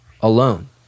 alone